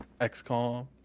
XCOM